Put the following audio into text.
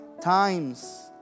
times